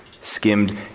skimmed